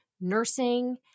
nursing